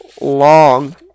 long